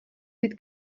být